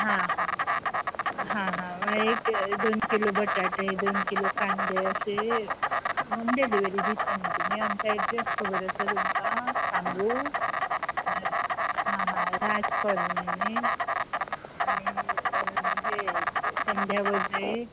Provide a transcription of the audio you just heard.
हां हां हां हां मागीर एक दोन किलो बटाटेय दी दोन किलो कांदे अशे हॉम डिलीवरी दिता न्हय तुमी आमचो ए़ड्रेस खबर आसा तुमकां सांगू आं हां राज परमे न्हय आनी